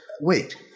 Wait